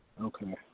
Okay